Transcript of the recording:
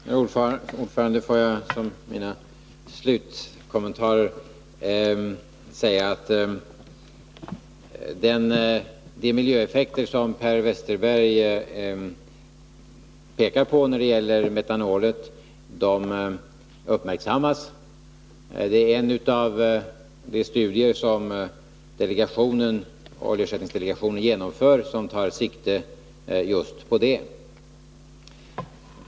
Herr talman! Får jag som slutkommentar säga att de miljöeffekter som herr Westerberg pekar på när det gäller metanolen uppmärksammats. En av de studier som oljeersättningsdelegationen genomför tar sikte på just det.